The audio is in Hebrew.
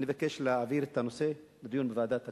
אני מבקש להעביר את הנושא לדיון בוועדת הכספים.